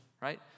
Right